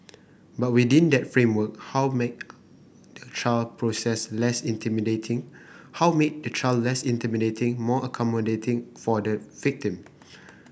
but within that framework how make the trial process less intimidating how make a trial process less intimidating more accommodating for the victim